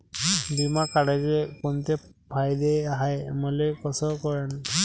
बिमा काढाचे कोंते फायदे हाय मले कस कळन?